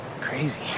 crazy